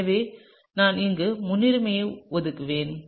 எனவே நான் இங்கே முன்னுரிமையை ஒதுக்குவேன்